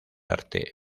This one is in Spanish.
arte